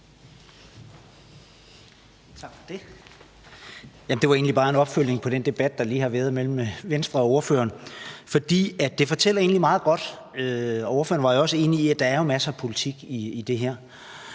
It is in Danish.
Jeg vil egentlig bare følge op på den debat, der lige har været mellem Venstre og ordføreren. Ordføreren var jo også enig i, at der er masser af politik i det her.